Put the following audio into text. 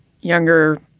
younger